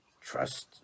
Trust